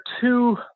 two